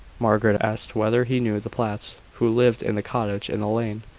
margaret asked whether he knew the platts, who lived in the cottage in the lane.